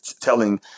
telling